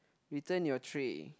return your tray